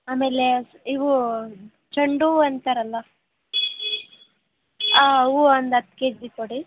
ಆಮೇಲೆ ಇವೂ ಚೆಂಡು ಹೂವು ಅಂತಾರಲ್ಲ ಹೂವು ಒಂದು ಹತ್ತು ಕೆ ಜಿ ಕೊಡಿ